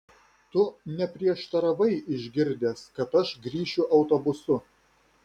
tu neprieštaravai išgirdęs kad aš grįšiu autobusu